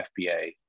fba